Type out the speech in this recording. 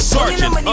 Sergeant